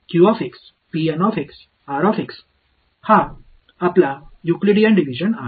तर हा आपला युक्लिडियन डिव्हिजन आहे